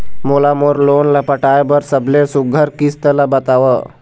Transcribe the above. मोला मोर लोन ला पटाए बर सबले सुघ्घर किस्त ला बताव?